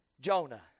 Jonah